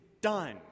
done